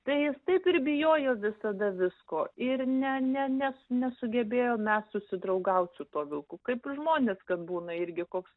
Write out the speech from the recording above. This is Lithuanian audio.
tai jis taip ir bijojo visada visko ir ne ne nes nesugebėjom mes susidraugaut su tuo vilku kaip ir žmonės kad būna irgi koks